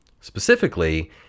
Specifically